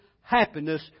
happiness